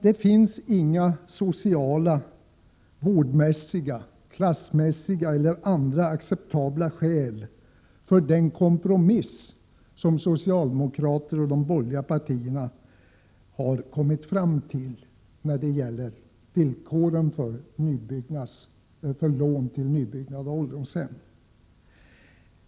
Det finns inga sociala, vårdmässiga, klassmässiga eller andra acceptabla skäl för den kompromiss som socialdemokraterna och de borgerliga kommit fram till när det gäller villkoren för lån till nybyggnad av ålderdomshem.